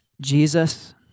Jesus